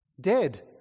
dead